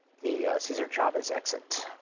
the cesar chavez exit.